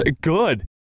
Good